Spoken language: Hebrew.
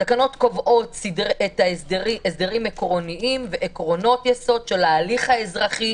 התקנות קובעות הסדרים עקרוניים ועקרונות יסוד של ההליך האזרחי,